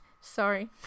Sorry